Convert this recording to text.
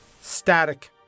Static